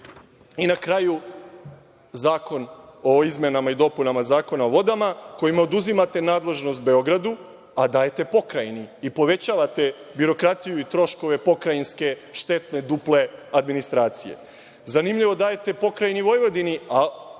kraju, zakon o izmenama i dopunama Zakona o vodama kojim oduzimate nadležnost Beogradu, a dajete Pokrajini i povećavate birokratiju i troškove pokrajinske štetne, duple administracije. Zanimljivo, dajete Pokrajini Vojvodini, a